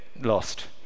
lost